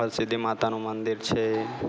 હરસિધ્ધિ માતાનું મંદિર છે